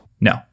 No